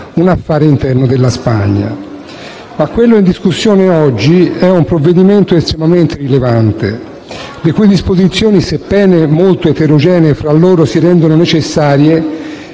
un affare interno della Spagna. Quello in discussione oggi è un provvedimento estremamente rilevante, le cui disposizioni, sebbene molto eterogenee fra loro, si rendono necessarie